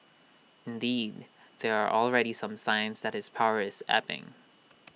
indeed there are already some signs that his power is ebbing